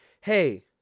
hey